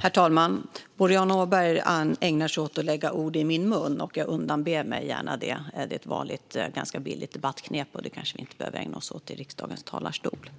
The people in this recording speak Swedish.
Herr talman! Boriana Åberg ägnar sig åt att lägga ord i min mun. Jag undanber mig gärna det. Det är ett vanligt och ganska billigt debattknep som vi kanske inte behöver ägna oss åt i riksdagens talarstol.